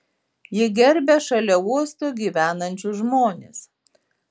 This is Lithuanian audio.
jie gerbia šalia uosto gyvenančius žmones